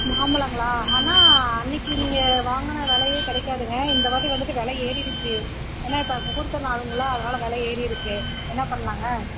மாம்பழங்களா ஆனால் அன்றைக்கி நீங்கள் வாங்கின விலையே கிடைக்காதுங்க இந்த வாட்டி வந்துட்டு விலை ஏறிடிச்சு ஏனால் இப்போ முகூர்த்த நாளுங்களா அதனால் விலை ஏறியிருக்கு என்ன பண்ணலாங்க